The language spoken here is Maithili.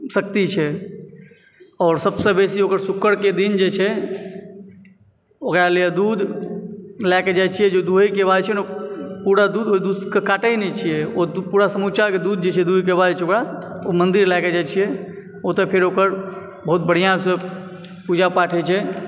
शक्ति छै आओर सभसँ बेसी ओकर शुक्रके दिन जे छै ओकरा लिय दूध लयके जाय छियै जे दूहयके बाद होइत छै न पूरा दूध ओइ दूधके काटय नहि छियै पूरा समूचाके दूध जे छै दुहयके बाद ओकरा ओ मन्दिर लएके जाइत छियै ओतए फेर ओकर बहुत बढ़िआँसँ पूजा पाठ होइत छै